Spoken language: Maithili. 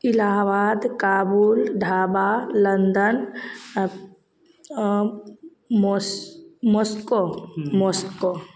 इलाहाबाद काबुल ढाका लन्दन मॉस मॉस्को मॉस्को